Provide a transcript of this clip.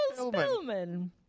Spillman